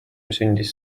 sündis